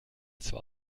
zwar